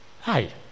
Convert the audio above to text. Hi